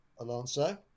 Alonso